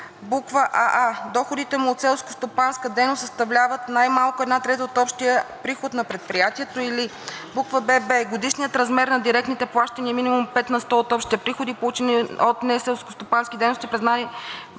че: аа) доходите му от селскостопанска дейност съставляват най-малко 1/3 от общия приход на предприятието, или бб) годишният размер на директните плащания е минимум 5 на сто от общите приходи, получени от неселскостопански дейности